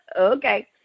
Okay